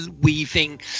weaving